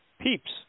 Peeps